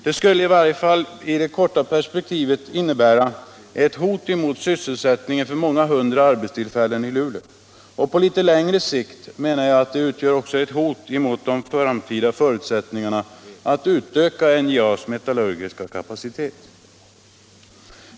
I varje fall skulle den i det korta perspektivet innebära ett hot mot många hundra arbetstillfällen i Luleå. På litet längre sikt utgör den också ett hot mot de framtida förutsättningarna att utöka NJA:s metallurgiska kapacitet.